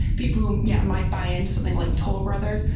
people who yeah might buy into something like toll brothers,